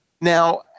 Now